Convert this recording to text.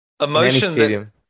Emotion